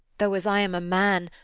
though, as i am a man,